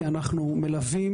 כי אנו מלווים,